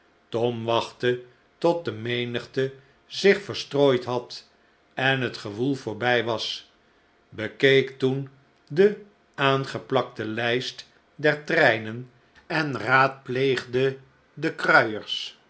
tom wachtte tot de menigte zich verstrooid had en het gewoel voorbij was bekeek toen de aangeplakte lijst der treinen en raadpleegde de kruiers